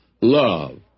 love